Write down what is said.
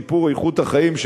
לשיפור איכות החיים,